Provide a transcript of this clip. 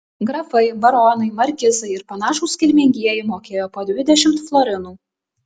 grafai baronai markizai ir panašūs kilmingieji mokėjo po dvidešimt florinų